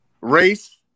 race